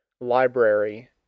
library